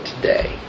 today